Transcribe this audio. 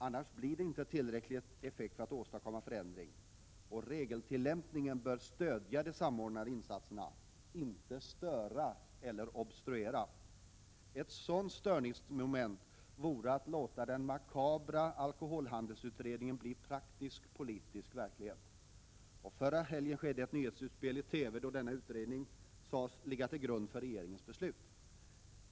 Annars blir det inte tillräcklig effekt för att åstadkomma förändring. Regeltillämpningen bör stödja de samordnade insatserna, inte störa eller obstruera. Ett störningsmoment vore att låta den makabra alkoholhandelsutredningen bli praktisk politisk verklighet. Förra helgen skedde ett nyhetsutspel i TV, då denna utredning sades ligga till grund för regeringens beslut.